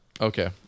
Okay